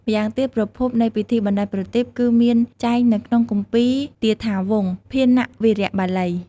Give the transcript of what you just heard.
ម្យ៉ាងទៀត ប្រភពនៃពិធីបណ្ដែតប្រទីប គឺមានចែងនៅក្នុងគម្ពីរទាថាវង្ស ភាណវារៈបាលី។